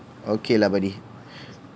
okay lah buddy